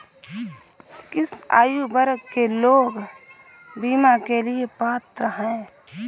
किस आयु वर्ग के लोग बीमा के लिए पात्र हैं?